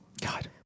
God